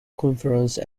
conference